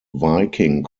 viking